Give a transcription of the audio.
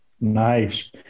Nice